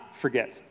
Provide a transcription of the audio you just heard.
forget